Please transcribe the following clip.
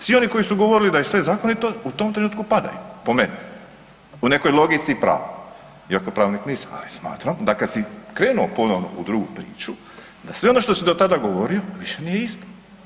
Svi oni koji su govorili da je sve zakonito, u tom trenutku padaju, po meni, po nekoj logici i pravu iako pravnik nisam, ali smatram da kad si krenuo ponovno u drugu priču, da sve ono što su do tada govorio, više nije isto.